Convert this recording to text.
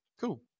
cool